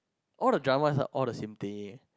all the drama is like all the same thing